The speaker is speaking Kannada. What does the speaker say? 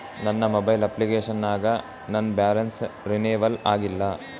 ನನ್ನ ಮೊಬೈಲ್ ಅಪ್ಲಿಕೇಶನ್ ನಾಗ ನನ್ ಬ್ಯಾಲೆನ್ಸ್ ರೀನೇವಲ್ ಆಗಿಲ್ಲ